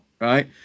right